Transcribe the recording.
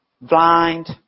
blind